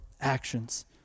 actions